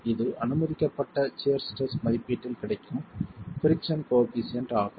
இது அனுமதிக்கப்பட்ட shear stress மதிப்பீட்டில் கிடைக்கும் பிரிக்ஸன் கோயெபிசியன்ட் ஆகும்